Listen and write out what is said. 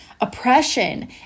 oppression